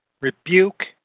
Rebuke